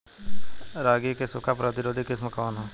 रागी क सूखा प्रतिरोधी किस्म कौन ह?